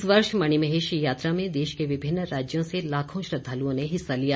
इस वर्ष मणिमहेश यात्रा में देश के विभिन्न राज्यों से लाखों श्रद्दालुओं ने हिस्सा लिया